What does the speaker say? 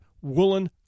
woolen